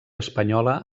espanyola